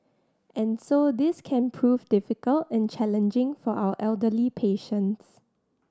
and so this can prove difficult and challenging for our elderly patients